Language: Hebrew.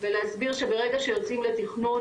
ולהסביר שברגע שיוצאים לתכנון,